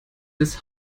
des